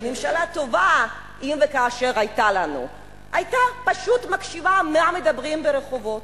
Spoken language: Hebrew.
וממשלה טובה אם וכאשר היתה לנו היתה פשוט מקשיבה מה מדברים ברחובות.